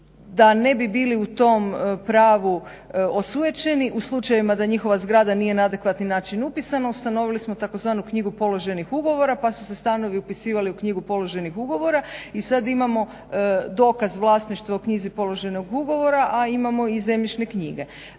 da ne bi bili u tom pravu osujećeni, u slučajevima da njihova zgrada nije na adekvatni način upisana ustanovili smo tzv. knjigu položenih ugovora, pa su se stanovi upisivali u knjigu položenih ugovora. I sad imamo dokaz vlasništva u knjizi položenog ugovora, a imamo i zemljišne knjige.